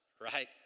right